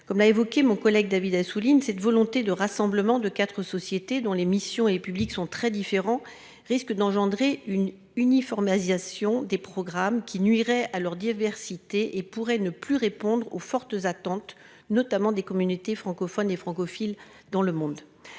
comme l'a évoqué mon collègue David Assouline, cette volonté de rassemblement de 4 sociétés dont les missions et public sont très différents. Risque d'engendrer une uniforme et Asia sur des programmes qui nuirait à leur diversité et pourraient ne plus répondre aux fortes attentes notamment des communautés francophones et francophiles dans le monde.